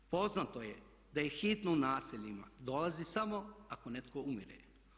Poznato je da hitna u naseljima dolazi samo ako netko umire.